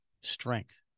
strength